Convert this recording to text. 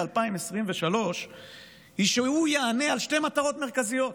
2023 היא שהוא יענה על שתי מטרות מרכזיות.